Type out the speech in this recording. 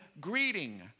greeting